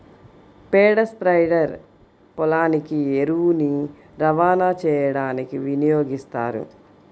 పేడ స్ప్రెడర్ పొలానికి ఎరువుని రవాణా చేయడానికి వినియోగిస్తారు